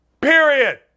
period